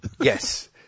Yes